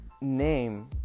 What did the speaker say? name